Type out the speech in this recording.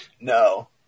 No